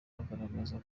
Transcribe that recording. bagaragaza